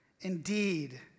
Indeed